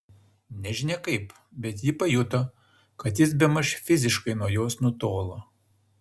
nežinia kaip bet ji pajuto kad jis bemaž fiziškai nuo jos nutolo